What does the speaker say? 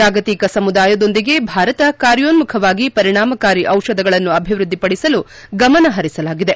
ಜಾಗತಿಕ ಸಮುದಾಯದೊಂದಿಗೆ ಭಾರತ ಕಾರ್ಯೋನ್ಮುಖವಾಗಿ ಪರಿಣಾಮಕಾರಿ ಔಷಧಗಳನ್ನು ಅಭಿವೃದ್ದಿಪಡಿಸಲು ಗಮನಹರಿಸಲಾಗಿದೆ